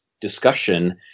discussion